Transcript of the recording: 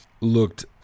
looked